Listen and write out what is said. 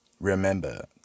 Remember